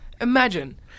Imagine